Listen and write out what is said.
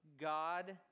God